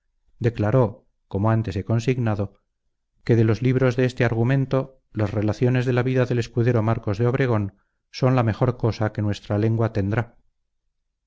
declaró como antes he consignado que de los libros de este argumento las relaciones de la vida del escudero marcos de obregón son la mejor cosa que nuestra lengua tendrá